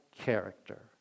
character